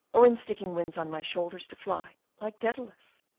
or in sticking wings on my shoulders to fly, like daedalus?